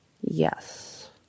Yes